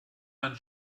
mein